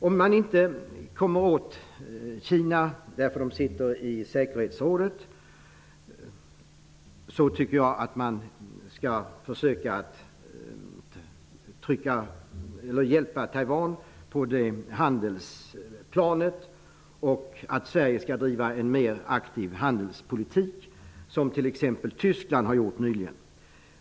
Om man inte kommer åt Kina på grund av att de sitter i säkerhetsrådet tycker jag att man skall försöka att hjälpa Taiwan på det handelspolitiska planet. Jag tycker att Sverige skall driva en mer aktiv handelspolitik. Det har t.ex. Tyskland gjort.